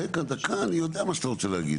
רגע דקה אני יודע מה שאתה רוצה להגיד